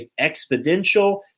exponential